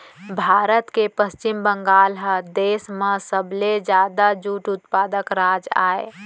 भारत के पस्चिम बंगाल ह देस म सबले जादा जूट उत्पादक राज अय